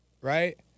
right